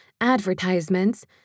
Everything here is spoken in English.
advertisements